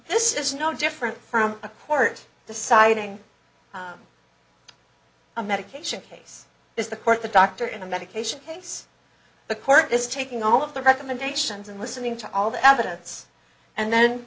this is no different from a court deciding a medication case is the court the doctor in a medication case the court is taking all of the recommendations and listening to all the evidence and then